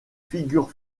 figure